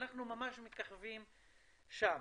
אנחנו ממש מככבים שם.